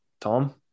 Tom